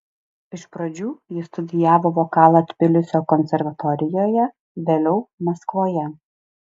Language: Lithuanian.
iš pradžių jis studijavo vokalą tbilisio konservatorijoje vėliau maskvoje